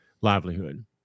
livelihood